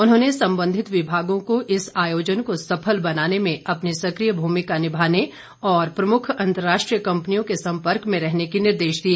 उन्होंने संबंधित विभागों को इस आयोजन को सफल बनाने में अपनी सक्रिय भूमिका निभाने और प्रमुख अंतर्राष्ट्रीय कंपनियों के संपर्क में रहने के निर्देश दिए